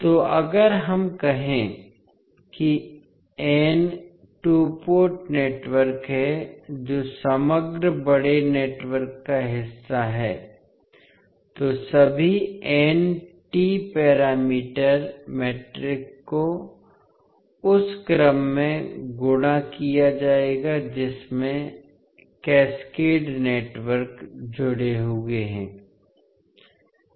तो अगर हम कहें कि एन टू पोर्ट नेटवर्क हैं जो समग्र बड़े नेटवर्क का हिस्सा हैं तो सभी एन टी पैरामीटर मैट्रिक्स को उस क्रम में गुणा किया जाएगा जिसमें कैस्केड नेटवर्क जुड़े हुए हैं